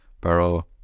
Pero